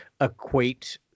equate